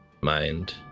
Mind